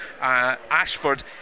Ashford